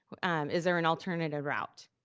is there an alternative route?